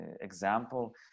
example